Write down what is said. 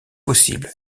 possible